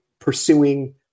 pursuing